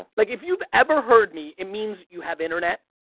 like if you've ever heard me it means you have internet.